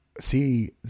See